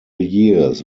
years